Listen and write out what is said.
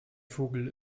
vogel